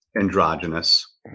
Androgynous